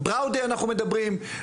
בראודה אנחנו מדברים,